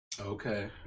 Okay